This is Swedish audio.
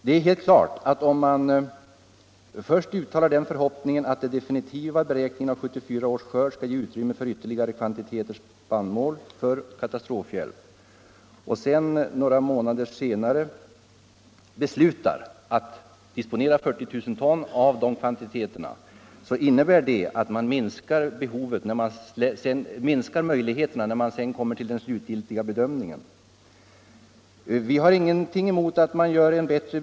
Det är helt klart att om man först uttalar den förhoppningen att den definitiva beräkningen av 1974 års skörd skall ge utrymme för ytterligare kvantiteter spannmål till katastrofhjälp och några månader senare beslutar att disponera 40 000 ton av dessa kvantiteter, innebär det att möjlig heterna till en hjälpinsats minskas när man kommer till den slutgiltiga Nr 26 bedömningen. Onsdagen den Vi har ingenting emot en god beredskapslagring.